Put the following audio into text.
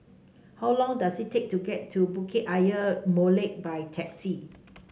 how long does it take to get to Bukit Ayer Molek by taxi